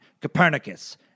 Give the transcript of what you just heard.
Copernicus